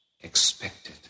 expected